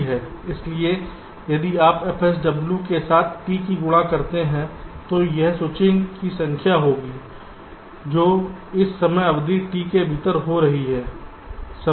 इसलिए यदि आप f SW के साथ T की गुणा करते हैं तो यह स्विचिंग की संख्या होगी जो इस समय अवधि T के भीतर हो रही है